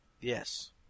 Yes